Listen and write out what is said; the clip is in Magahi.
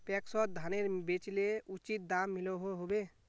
पैक्सोत धानेर बेचले उचित दाम मिलोहो होबे?